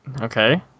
Okay